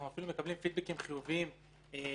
אנחנו אפילו מקבלים פידבקים חיוביים ממשרד